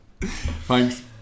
thanks